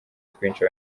twinshi